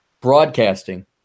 broadcasting